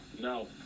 no